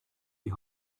die